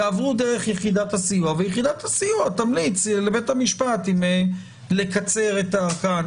יעברו דרך יחידת הסיוע ויחידת הסיוע תמליץ לבית המשפט אם לקצר וכולי.